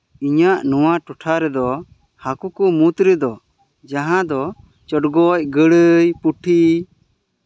ᱤᱧᱟᱹᱜ ᱱᱚᱣᱟ ᱴᱚᱴᱷᱟ ᱨᱮᱫᱚ ᱦᱟᱹᱠᱩ ᱠᱚ ᱢᱩᱫᱽᱨᱮ ᱫᱚ ᱡᱟᱦᱟᱸ ᱫᱚ ᱪᱚᱸᱰᱜᱚᱡ ᱜᱟᱹᱲᱟᱹᱭ ᱯᱩᱴᱷᱤ